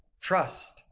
trust